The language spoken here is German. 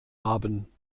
haben